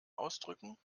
ausdrücken